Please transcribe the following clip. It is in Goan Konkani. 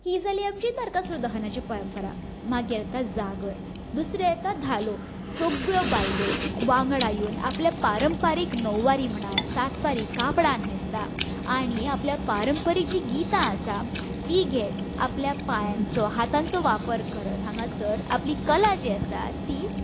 ही जाली आमची नरकासूर दहनाची परंपरा मागीर येता जागर दुसरें येता धालो सगळ्यो बायलो वांगडा येवन आपलें पारंपारीक नववारी म्हणा सातवारी कापडां न्हेसता आनी आपली जी पारंपारीक गितां आसा ती घेत आपल्या पांयांचो हातांचो वापर करत हांगासर आपली जी कला आसा ती